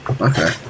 okay